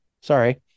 Sorry